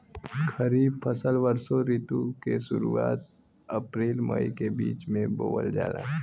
खरीफ फसल वषोॅ ऋतु के शुरुआत, अपृल मई के बीच में बोवल जाला